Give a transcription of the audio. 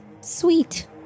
Sweet